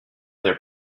their